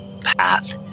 path